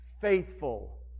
faithful